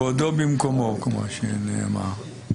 כבודו במקומו, כמו שנאמר...